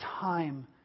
time